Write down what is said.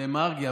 וגם מרגי.